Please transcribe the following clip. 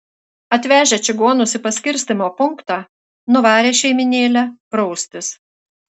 atvežę čigonus į paskirstymo punktą nuvarė šeimynėlę praustis